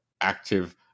active